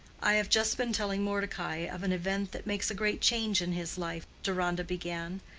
i have just been telling mordecai of an event that makes a great change in his life, deronda began,